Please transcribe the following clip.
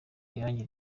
irangi